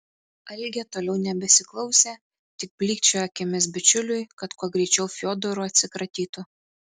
algė toliau nebesiklausė tik blykčiojo akimis bičiuliui kad kuo greičiau fiodoru atsikratytų